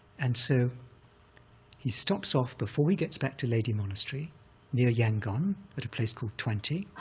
and so he stops off before he gets back to ledi monastery near yangon at a place called twante,